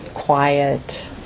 Quiet